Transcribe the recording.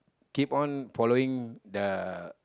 keep on following the